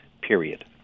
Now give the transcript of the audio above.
period